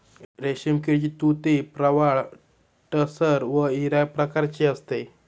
रेशीम किडीची तुती प्रवाळ टसर व इरा प्रकारची असते